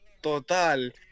total